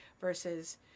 versus